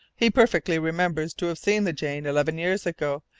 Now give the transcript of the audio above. he perfectly remembers to have seen the jane, eleven years ago,